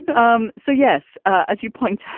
um so, yes, as you point out,